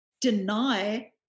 deny